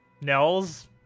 Nels